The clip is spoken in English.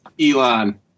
Elon